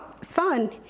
son